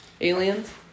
aliens